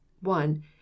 One